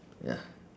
ya